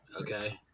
okay